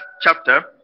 chapter